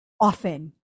often